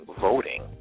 voting